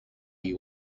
you